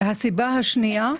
סיבה שנייה,